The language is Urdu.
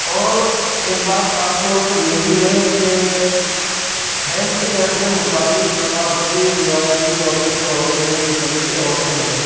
اور ایک بات خاص طور پر یہ بھی ہے کہ ہیلتھ کیئر سے متعلق ثقافتی روایتی جو عقیدے ہوتے ہیں جو طریقے ہوتے ہیں